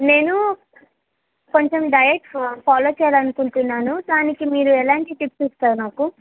నేను కొంచెం డైట్ ఫ ఫాలో చెయ్యాలనుకుంటున్నాను దానికి మీరు ఎలాంటి టిప్స్ ఇస్తారు నాకు